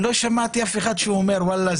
לא שמעתי אף אחד שאומר: וואלה,